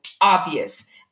obvious